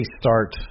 start